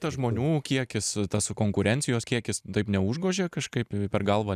tas žmonių kiekis tas konkurencijos kiekis taip neužgožia kažkaip per galvą